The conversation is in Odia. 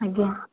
ଆଜ୍ଞା